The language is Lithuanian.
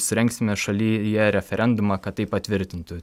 surengsime šalyje referendumą kad tai patvirtintų